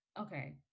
okay